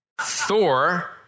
Thor